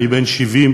אני בן 70,